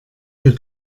wir